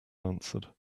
answered